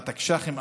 בתקש"חים,